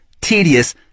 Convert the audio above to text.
tedious